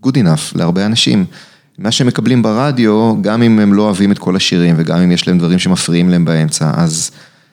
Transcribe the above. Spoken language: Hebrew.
Good enough, להרבה אנשים, מה שהם מקבלים ברדיו, גם אם הם לא אוהבים את כל השירים וגם אם יש להם דברים שמפריעים להם באמצע, אז...